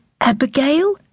Abigail